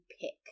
pick